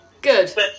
Good